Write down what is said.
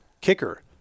kicker